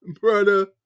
brother